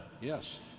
Yes